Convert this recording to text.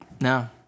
No